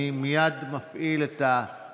אני מייד מפעיל את ההצבעה.